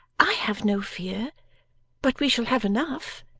i have no fear but we shall have enough,